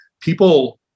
people